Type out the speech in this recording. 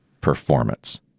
performance